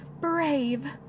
Brave